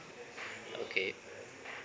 okay